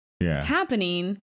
happening